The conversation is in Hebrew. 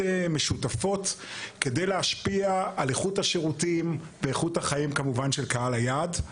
משותפות כדי להשפיע על איכות השירותים ואיכות החיים של קהל היעד.